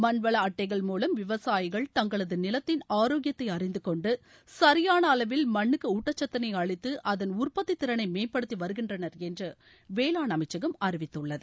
மண்வள அட்டைகள் மூலம் விவசாயிகள் தங்களது நிலத்தின் ஆரோக்கியத்தை அறிந்து கொண்டு சியான அளவில் மண்னுக்கு ஊட்டச்த்தினை அளித்து அதன் உற்பத்தி திறனை மேம்படுத்தி வருகின்றனர் என்று வேளாண் அமைச்சகம் அறிவித்துள்ளது